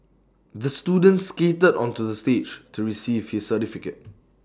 the student skated onto the stage to receive his certificate